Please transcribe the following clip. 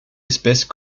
espèce